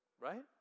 Right